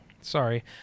Sorry